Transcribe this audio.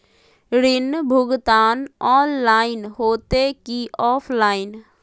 ऋण भुगतान ऑनलाइन होते की ऑफलाइन?